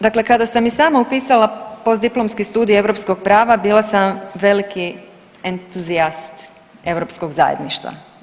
Dakle, kada sam i sama upisala postdiplomski studij europskog prava bila sam veliki entuzijast europskog zajedništva.